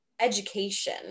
education